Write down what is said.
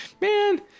Man